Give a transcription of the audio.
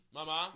Mama